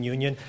Union